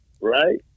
right